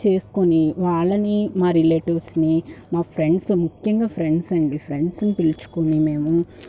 చేస్కొని వాళ్ళని మా రిలేటివ్స్ని మా ఫ్రెండ్స్ ముఖ్యంగా ఫ్రెండ్స్ అండి ఫ్రెండ్స్ని పిల్చుకొని మేము